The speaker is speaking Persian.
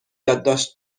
یادداشت